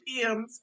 PMs